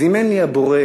זימן לי הבורא